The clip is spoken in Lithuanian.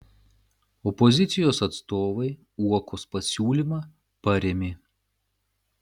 opozicijos atstovai uokos pasiūlymą parėmė